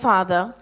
Father